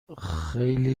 خیلی